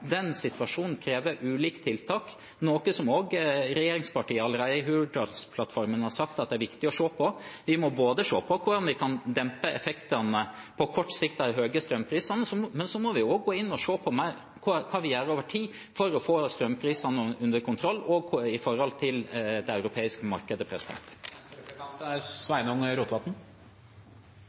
den situasjonen krever ulike tiltak, noe som også regjeringspartiene allerede i Hurdalsplattformen har sagt er viktig å se på. Vi må både se på hvordan vi kan dempe effektene av de høye strømprisene på kort sikt, og vi må gå inn og se på hva vi kan gjøre over tid for å få strømprisene under kontroll, også i forhold til det europeiske markedet.